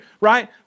right